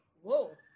whoa